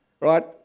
right